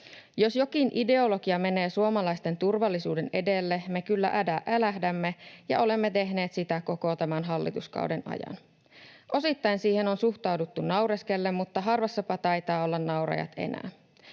Jos jokin ideologia menee suomalaisten turvallisuuden edelle, me kyllä älähdämme, ja olemme tehneet sitä koko tämän hallituskauden ajan. Osittain siihen on suhtauduttu naureskellen, mutta harvassapa taitavat olla naurajat enää.